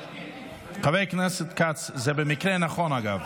חבר הכנסת כץ, זה במקרה נכון, אגב.